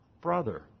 brother